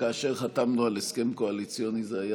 כאשר חתמנו על הסכם קואליציוני זה היה